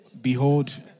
behold